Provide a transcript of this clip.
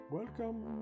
Welcome